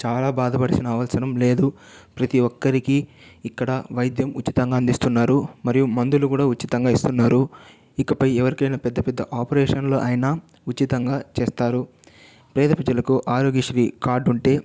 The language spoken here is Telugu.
చాలా బాధపడాల్సిన అవసరం లేదు ప్రతి ఒక్కరికీ ఇక్కడ వైద్యం ఉచితంగా అందిస్తున్నారు మరియు మందులు కూడా ఉచితంగా ఇస్తున్నారు ఇకపై ఎవరికైన పెద్ద పెద్ద ఆపరేషన్లు అయినా ఉచితంగా చేస్తారు పేద ప్రజలకు ఆరోగ్య శ్రీ కార్డ్ ఉంటే